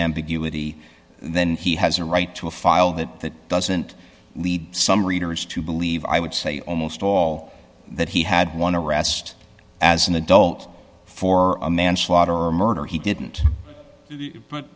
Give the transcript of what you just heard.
ambiguity then he has a right to a file that doesn't lead some readers to believe i would say almost all that he had one arrest as an adult for a manslaughter or murder he didn't